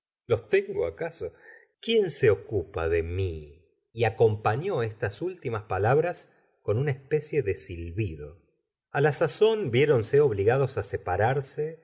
los tengo acaso quién se ocupa de ml y acomparló estas últimas palabras con una especie de silbido a la sazón vieronse obligados á separarse